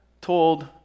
told